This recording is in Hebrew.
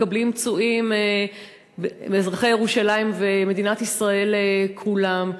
מקבלים פצועים אזרחי ירושלים ומדינת ישראל, כולם.